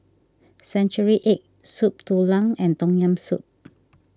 Century Egg Soup Tulang and Tom Yam Soup